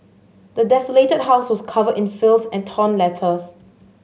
the desolated house was covered in filth and torn letters